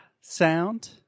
sound